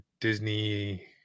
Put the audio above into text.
Disney